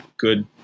Good